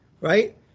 right